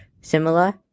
similar